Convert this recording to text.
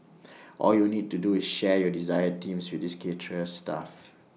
all you need to do is share your desired themes with this caterer's staff